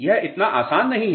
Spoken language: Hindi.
यह इतना आसान नहीं है